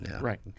Right